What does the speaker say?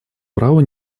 праву